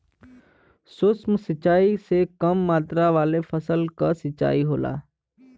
सूक्ष्म सिंचाई से कम मात्रा वाले फसल क सिंचाई होला